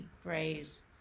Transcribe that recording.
phrase